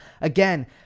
Again